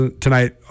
tonight